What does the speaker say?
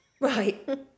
Right